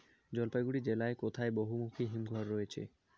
জলপাইগুড়ি জেলায় কোথায় বহুমুখী হিমঘর রয়েছে?